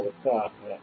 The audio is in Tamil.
இதற்காக